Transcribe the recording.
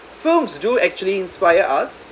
films do actually inspire us